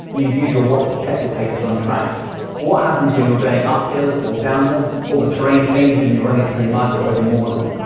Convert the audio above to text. and you'd use your watch to check your pace was on track. but what happens when you're going up hill or down hill? or the terrain changes, and you're running through mud or over moorland?